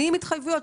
80 התחייבויות.